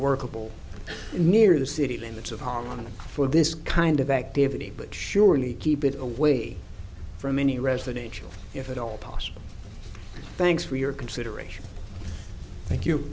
workable near the city limits of home for this kind of activity but surely keep it away from any residential if at all possible thanks for your consideration thank you